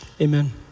amen